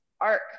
arc